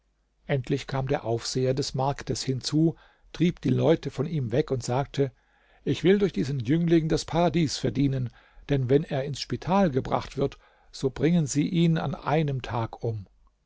endlich kam der aufseher des marktes hinzu trieb die leute von ihm weg und sagte ich will durch diesen jüngling das paradies verdienen denn wenn er ins spital gebracht wird so bringen sie ihn an einem tag um